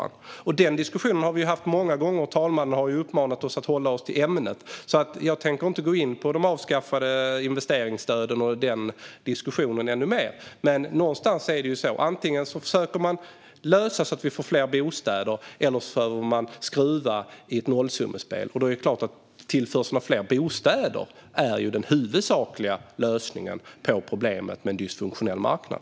Denna diskussion har vi haft många gånger, och eftersom fru talmannen har uppmanat oss att hålla oss till ämnet tänker jag inte gå in på de avskaffade investeringsstöden. Man kan antingen försöka få fram fler bostäder eller skruva i ett nollsummespel, och givetvis är tillförseln av bostäder den huvudsakliga lösningen på problemet med en dysfunktionell marknad.